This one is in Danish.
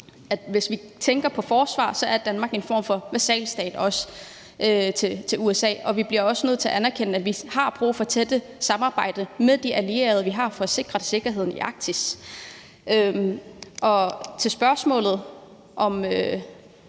For hvis vi tænker på forsvar, er Danmark også en form for vasalstat til USA, og vi bliver også nødt til at anerkende, at vi har brug for tæt samarbejde med de allierede, vi har, for at sikre sikkerheden i Arktis. Jeg beklager, men med